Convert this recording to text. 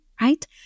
right